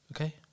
Okay